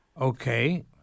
okay